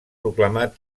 proclamat